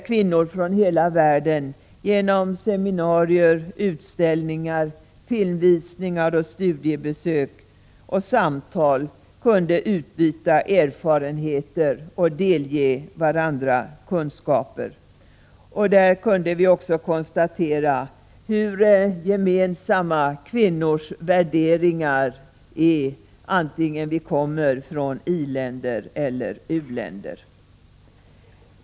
Kvinnor från hela världen kunde där genom seminarier, utställningar, filmvisningar, studiebesök och samtal utbyta erfarenheter och delge varandra kunskaper. Där kunde vi också konstatera hur gemensamma kvinnors värderingar är, vare sig vi kommer från i-länder eller u-länder.